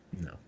No